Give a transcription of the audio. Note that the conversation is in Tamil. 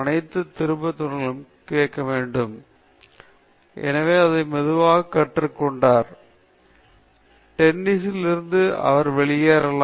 இரண்டு மாதங்கள் கழித்து நீங்கள் சுவரில் விளையாட வேண்டும் என்று பயிற்சியாளர் சொன்னால் அவரது திறமை மிகவும் அதிகமாக உள்ளது அவரது சவாலை மிகவும் குறைவாக உள்ளது அவர் சலிப்பாக இருப்பார் டென்னிஸிலிருந்து அவர் வெளியேறலாம்